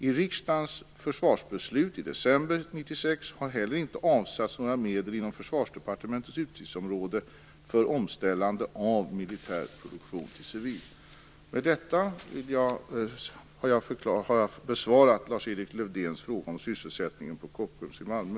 I riksdagens försvarsbeslut i december 1996 har inte avsatts några medel inom Försvarsdepartementets utgiftsområde för omställning av militär produktion till civil. Med detta har jag besvarat Lars-Erik Lövéns fråga om sysselsättningen på Kockums i Malmö.